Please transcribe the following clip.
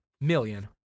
million